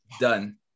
done